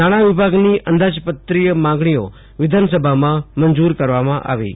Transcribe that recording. નાણા વિભાગની અંદાજપત્રીય માંગણીઓ વિધાનસભામાં મંજૂર કરવામાં આવી છે